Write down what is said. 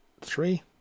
three